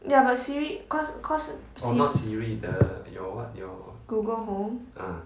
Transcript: ya but siri because because si~ google home